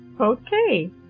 Okay